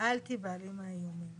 אל תיבהלי מהאיומים